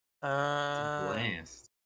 Blast